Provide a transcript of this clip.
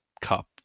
cup